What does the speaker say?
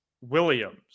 Williams